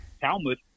Talmud